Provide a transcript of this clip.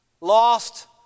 lost